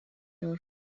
here